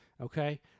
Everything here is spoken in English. Okay